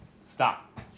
stop